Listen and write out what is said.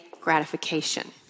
gratification